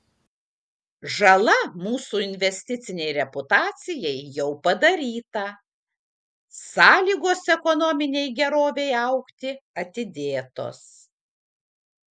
žala mūsų investicinei reputacijai jau padaryta sąlygos ekonominei gerovei augti atidėtos